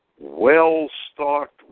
well-stocked